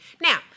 Now